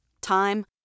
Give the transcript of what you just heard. time